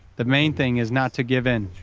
the main thing is not to give in.